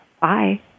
Bye